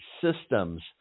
systems